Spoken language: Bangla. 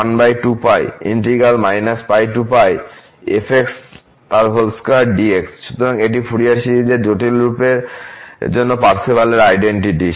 সুতরাং এটি ফুরিয়ার সিরিজের জটিল রূপের জন্য পার্সেভালের আইডেন্টিটি